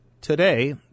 today